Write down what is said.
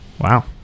Wow